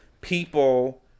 people